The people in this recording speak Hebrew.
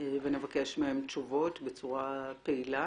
ונבקש מהם תשובות בצורה פעילה